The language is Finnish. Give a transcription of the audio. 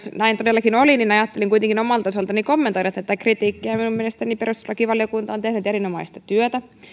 näin todellakin oli niin ajattelin kuitenkin omalta osaltani kommentoida tätä kritiikkiä minun mielestäni perustuslakivaliokunta on tehnyt erinomaista työtä